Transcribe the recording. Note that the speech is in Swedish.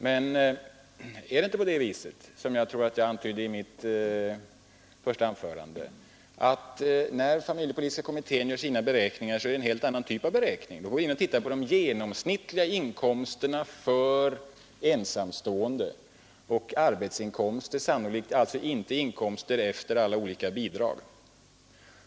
Men är det inte på det sättet att familjepolitiska kommittén — som jag tror att jag antydde i mitt första anförande — gör en helt annan typ av beräkningar än dessa. Kommittén tittar på de genomsnittliga inkomsterna för ensamstående; det är sannolikt arbetsinkomster, alltså inte inkomster med tillägg av olika bidrag.